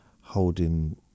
holding